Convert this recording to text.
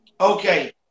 Okay